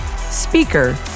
speaker